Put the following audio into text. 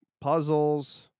Puzzles